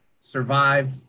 survive